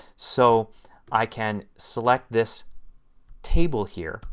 so i can select this table here,